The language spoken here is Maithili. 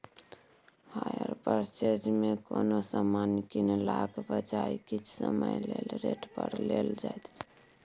हायर परचेज मे कोनो समान कीनलाक बजाय किछ समय लेल रेंट पर लेल जाएत छै